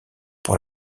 pour